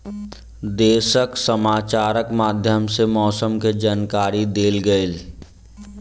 देशक समाचारक माध्यम सॅ मौसम के जानकारी देल गेल